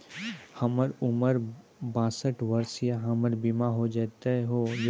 हमर उम्र बासठ वर्ष या हमर बीमा हो जाता यो?